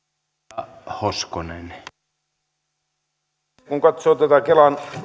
arvoisa herra puhemies kun katsoo tätä kelan